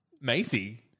Maisie